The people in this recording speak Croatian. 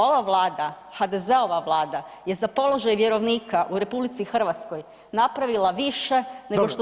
Ova Vlada HDZ-ova Vlada je za položaj vjerovnika u RH napravila više nego što